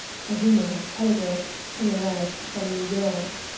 for whom i have telegraphed, can arrive from new york?